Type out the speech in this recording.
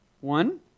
One